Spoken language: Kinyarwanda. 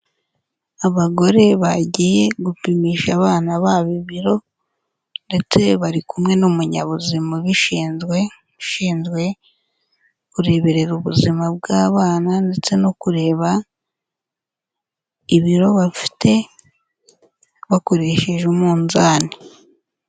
Abagore bagiye gupimisha abana babo ibiro ndetse bari kumwe n'umunyabuzima ubishinzwe, ushinzwe kureberera ubuzima bw'abana ndetse no kureba ibiro bafite, bakoresheje umunzani.